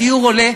הדיור עולה,